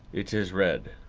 it is red.